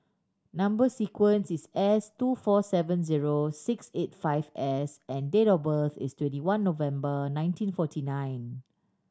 number sequence is S two four seven zero six eight five S and date of birth is twenty one November nineteen forty nine